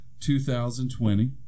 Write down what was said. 2020